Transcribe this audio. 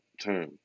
term